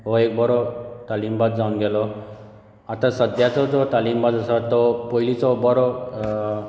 हो एक बरो तालीमबाज जावन गेलो आनी सद्याचो जो तालीमबाज आसा तो पयलींचो बरो